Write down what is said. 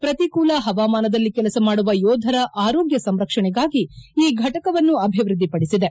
ಪ್ರತಿಕೂಲ ಹವಾಮಾನದಲ್ಲಿ ಕೆಲಸ ಮಾಡುವ ಯೋಧರ ಆರೋಗ್ಕ ಸಂರಕ್ಷಣೆಗಾಗಿ ಈ ಘಟಕವನ್ನು ಅಭಿವೃದ್ದಿಪಡಿಸಿದೆ